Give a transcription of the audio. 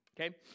Okay